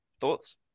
Thoughts